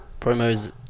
promos